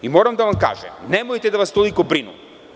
Moram da vam kažem – nemojte da vas toliko brinu.